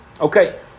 Okay